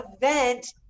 event